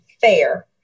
fair